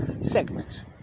segments